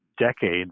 Decades